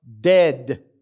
dead